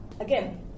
again